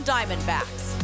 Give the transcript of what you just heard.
Diamondbacks